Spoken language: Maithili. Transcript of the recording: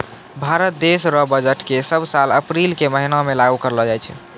भारत देश रो बजट के सब साल अप्रील के महीना मे लागू करलो जाय छै